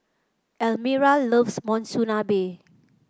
Elmyra loves Monsunabe